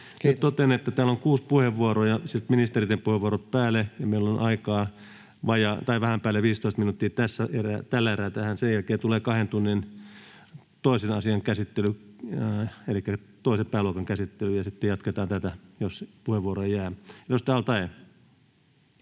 totean, että täällä on kuusi puheenvuoroa ja sitten ministereiden puheenvuorot päälle ja meillä on aikaa vähän päälle 15 minuuttia tällä erää tähän. Sen jälkeen tulee toisen asian kahden tunnin käsittely elikkä toisen pääluokan käsittely, ja sitten jatketaan tätä, jos puheenvuoroja jää. — Edustaja